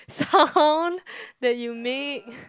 sound that you make